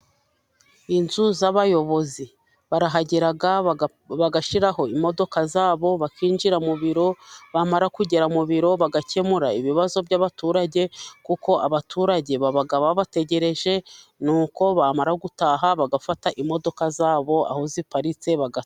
Inzu z'abayobozi barahagera bagashyiraho imodoka zabo bakinjira mu biro, bamara kugera mu biro bagakemura ibibazo by'abaturage kuko abaturage baba babategereje ,n'uko bamara gutaha bagafata imodoka zabo aho ziparitse bagataha.